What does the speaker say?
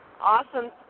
awesome –